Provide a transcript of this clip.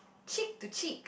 cheek to cheek